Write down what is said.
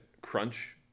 crunch